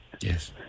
Yes